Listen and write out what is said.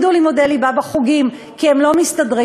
שילמדו לימודי ליבה בחוגים, כי הם לא מסתדרים.